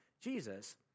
Jesus